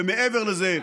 ומעבר לזה,